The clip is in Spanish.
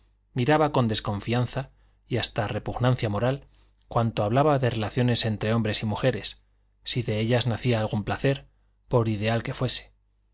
miraba con desconfianza y hasta repugnancia moral cuanto hablaba de relaciones entre hombres y mujeres si de ellas nacía algún placer por ideal que fuese